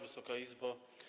Wysoka Izbo!